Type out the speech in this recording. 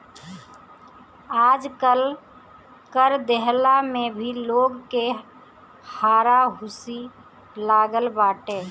आजकल कर देहला में भी लोग के हारा हुसी लागल बाटे